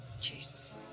Jesus